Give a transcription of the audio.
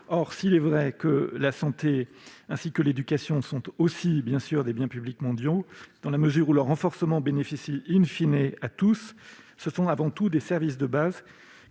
Or, s'il est vrai que la santé et l'éducation sont aussi, bien sûr, des biens publics mondiaux, dans la mesure où leur renforcement bénéficie à tous, ce sont avant tout des services de base,